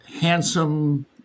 handsome